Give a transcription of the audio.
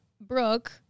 Brooke